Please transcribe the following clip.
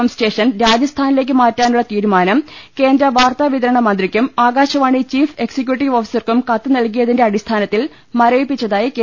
M station രാജസ്ഥാനിലേക്ക് മാറ്റാനുള്ള തീരുമാനം കേന്ദ്ര വാർത്താവിതരണ മന്ത്രിക്കും ആകാശവാണി ചീഫ് എക്സി ക്യൂട്ടീവ് ഓഫീസർക്കും കത്ത് നൽകിയതിന്റെ അടിസ്ഥാനത്തിൽ മരവിപ്പി ച്ചതായി കെ